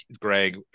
Greg